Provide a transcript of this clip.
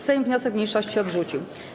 Sejm wniosek mniejszości odrzucił.